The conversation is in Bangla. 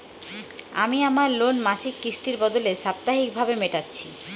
আমি আমার লোন মাসিক কিস্তির বদলে সাপ্তাহিক ভাবে মেটাচ্ছি